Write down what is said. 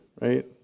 right